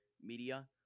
media